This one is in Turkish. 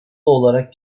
olarak